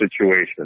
situation